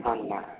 हाँ ना